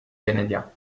canadien